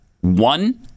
one